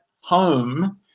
home